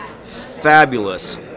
fabulous